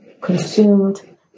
consumed